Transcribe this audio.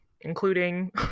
including